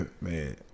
man